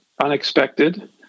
unexpected